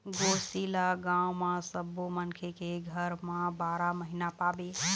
गोरसी ल गाँव म सब्बो मनखे के घर म बारा महिना पाबे